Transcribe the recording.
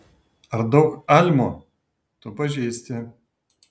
ar daug almų tu pažįsti